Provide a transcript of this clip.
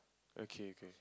okay okay